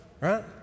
right